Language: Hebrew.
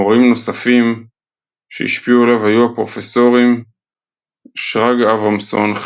מורים נוספים שהשפיעו עליו היו הפרופסורים שרגא אברמסון,